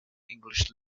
english